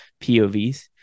POVs